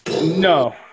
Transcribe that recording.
No